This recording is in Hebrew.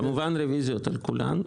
כמובן רביזיות על כולן.